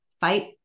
fight